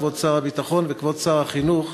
כבוד שר הביטחון וכבוד שר החינוך,